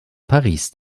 paris